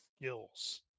skills